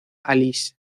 alice